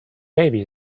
baby